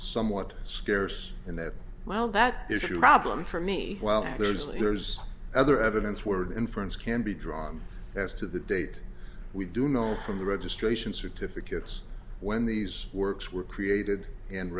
somewhat scarce and that well that is your problem for me well there's there's other evidence word inference can be drawn as to the date we do know from the registration certificates when these works were created and